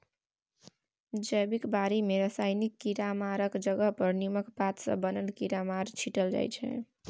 जैबिक बारी मे रासायनिक कीरामारक जगह पर नीमक पात सँ बनल कीरामार छीटल जाइ छै